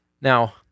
Now